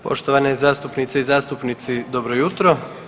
Poštovane zastupnice i zastupnici dobro jutro.